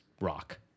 rock